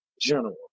general